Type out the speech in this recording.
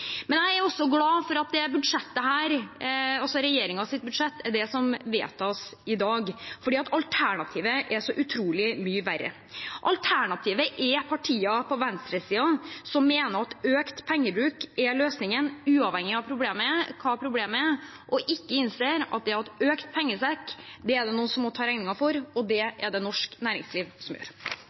Jeg er også glad for at det er regjeringens budsjett som vedtas i dag, for alternativet er så utrolig mye verre. Alternativet er partier på venstresiden som mener at økt pengebruk er løsningen, uavhengig av hva problemet er, og ikke innser at økt bruk av pengesekken er det noen som må ta regningen for – og det er det norsk næringsliv som gjør.